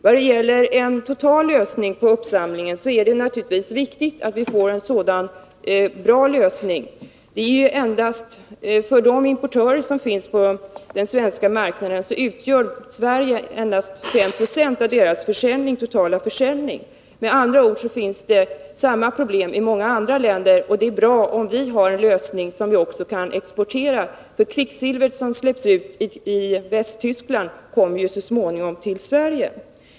Vad gäller en totallösning för uppsamlingen är det naturligtvis viktigt att vi får en bra lösning. För de-importörer som finns på den svenska marknaden utgör Sverige endast 5 96 av deras totala försäljning. Med andra ord finns det samma problem i många andra länder. Det är bra om vi får en lösning som vi också kan exportera, för kvicksilvret som släpps ut i Västtyskland kommer ju så småningom till Sverige.